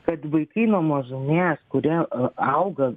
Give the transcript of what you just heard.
kad vaikai nuo mažumės kurie auga